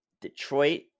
Detroit